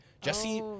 Jesse